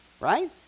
right